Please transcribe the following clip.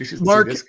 Mark